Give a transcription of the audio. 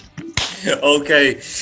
okay